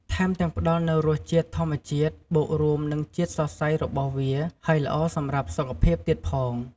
ថែមទាំងផ្តល់នូវរសជាតិធម្មជាតិបូករួមនឹងជាតិសរសៃរបស់វា ហើយល្អសម្រាប់សុខភាពទៀតផង។